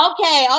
Okay